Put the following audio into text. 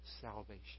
salvation